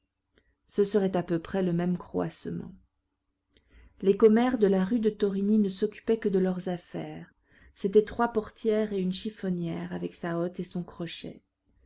ce serait à peu près le même croassement les commères de la rue de thorigny ne s'occupaient que de leurs affaires c'étaient trois portières et une chiffonnière avec sa hotte et son crochet